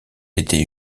été